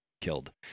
killed